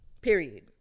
Period